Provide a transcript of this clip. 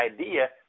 idea